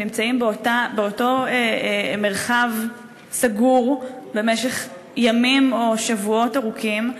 והם נמצאים באותו מרחב סגור במשך ימים או שבועות ארוכים,